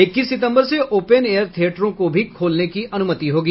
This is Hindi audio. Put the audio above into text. इक्कीस सितंबर से ओपन एयर थिएटरों को भी खोलने की अनुमति होगी